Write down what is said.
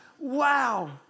Wow